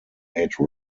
made